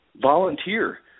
volunteer